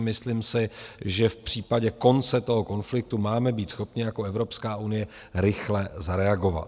Myslím si, že v případě konce konfliktu máme být schopni jako Evropská unie rychle zareagovat.